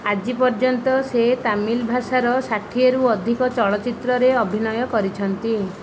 ଆଜି ପର୍ଯ୍ୟନ୍ତ ସେ ତାମିଲ ଭାଷାର ଷାଠିଏ ରୁ ଅଧିକ ଚଳଚ୍ଚିତ୍ରରେ ଅଭିନୟ କରିଛନ୍ତି